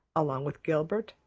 along with gilbert,